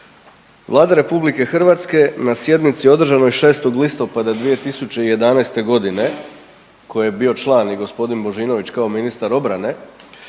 Vlada RH na sjednici održanoj 6. listopada 2011.g. koje je bio član i g. Božinović kao ministar obrane